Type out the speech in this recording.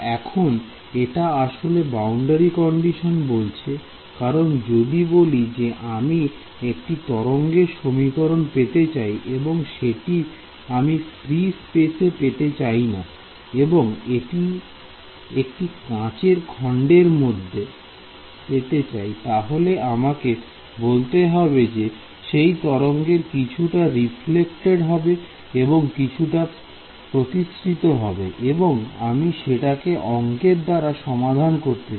এখন এটা আসলে বাউন্ডারি কন্ডিশন বলছে কারণ যদি বলি যে আমি একটি তরঙ্গের সমীকরণ পেতে চাই এবং সেটি আমি ফ্রী স্পেস এ পেতে চাইনা বরং একটি কাচের খন্ডের মধ্যে পেতে চাই তাহলে আমাকে বলতে হবে যে সেই তরঙ্গের কিছুটা রিফ্লেক্টেদ হবে ও কিছুটা প্রতিসৃত হবে এবং আমি সেটিকে অংকের দাঁড়া সমাধান করতে চাই